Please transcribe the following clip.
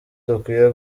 dukwiye